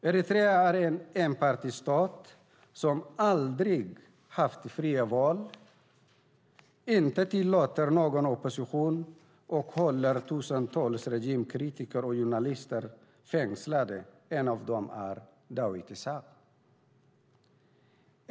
Eritrea är en enpartistat som aldrig har haft fria val, inte tillåter någon opposition och som håller tusentals regimkritiker och journalister fängslade; en av dem är Dawit Isaak.